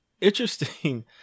interesting